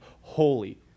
holy